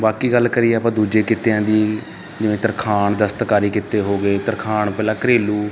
ਬਾਕੀ ਗੱਲ ਕਰੀਏ ਆਪਾਂ ਦੂਜੇ ਕਿੱਤਿਆਂ ਦੀ ਜਿਵੇਂ ਤਰਖਾਣ ਦਸਤਕਾਰੀ ਕਿੱਤੇ ਹੋਗੇ ਤਰਖਾਣ ਪਹਿਲਾਂ ਘਰੇਲੂ